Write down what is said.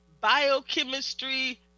biochemistry